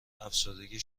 افسردگی